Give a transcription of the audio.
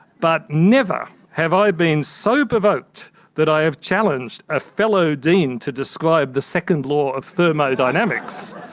but never have i been so provoked that i have challenged a fellow dean to describe the second law of thermodynamics.